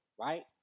right